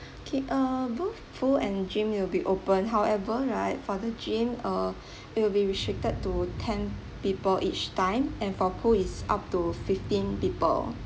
okay err both pool and gym will be opened however right for the gym err it will be restricted to ten people each time and for pool is up to fifteen people